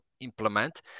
implement